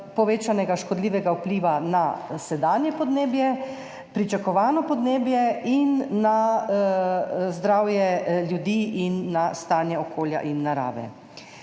povečanega škodljivega vpliva na sedanje podnebje, pričakovano podnebje, zdravje ljudi in na stanje okolja in narave.